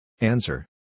Answer